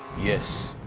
yes,